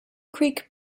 creek